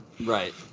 right